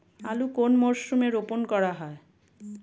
আলু কোন মরশুমে রোপণ করা হয়?